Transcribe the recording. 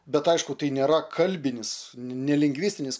bet aišku tai nėra kalbinis ne lingvistinis